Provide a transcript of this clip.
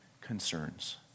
concerns